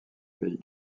pays